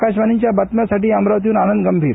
आकाशवाणी बातम्यांसाठी अमरावतीहन आनंद गंभीर